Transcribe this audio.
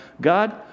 God